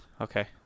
okay